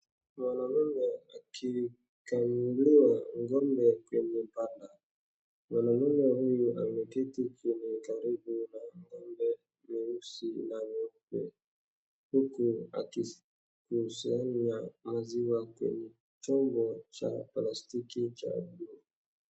Mwanamume akimkamua ng'ombe kwenye banda. Mwanamume huyo ameketi chini karibu na ng'ombe nyeusi na nyeupe, huku akikusanya maziwa kwenye chombo cha plastiki cha blue .